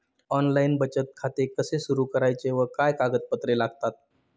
Online बचत खाते कसे सुरू करायचे व काय कागदपत्रे लागतात?